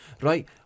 Right